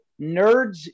Nerds